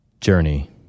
journey